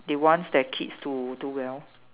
they wants their kids to do well